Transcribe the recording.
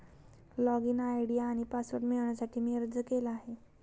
login ID आणि password मिळवण्यासाठी मी अर्ज केला आहे